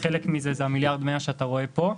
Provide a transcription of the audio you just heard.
וחלק מזה זה המיליארד ו-100 שאתה רואה כאן,